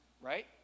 right